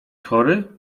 chory